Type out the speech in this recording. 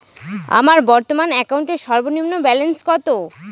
আমার বর্তমান অ্যাকাউন্টের সর্বনিম্ন ব্যালেন্স কত?